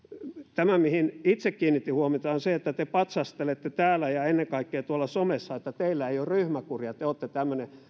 tämä mihin itse kiinnitin huomiota on se että te patsastelette täällä ja ennen kaikkea tuolla somessa että teillä ei ole ryhmäkuria te olette tämmöinen